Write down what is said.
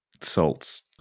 salts